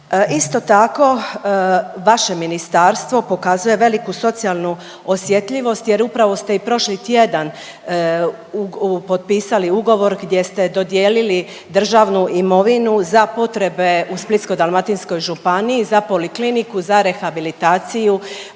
Isto tako vaše ministarstvo pokazuje veliku socijalnu osjetljivost jer upravo ste i prošli tjedan potpisali ugovor gdje ste dodijelili državnu imovinu za potrebe u Splitsko-dalmatinskoj županiji za polikliniku, za rehabilitaciju